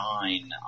nine